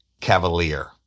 Cavalier